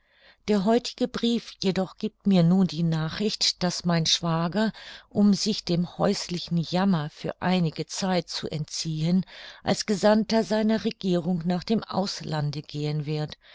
der heutige brief jedoch giebt mir nun die nachricht daß mein schwager um sich dem häuslichen jammer für einige zeit zu entziehen als gesandter seiner regierung nach dem auslande gehen wird